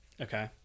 Okay